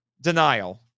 denial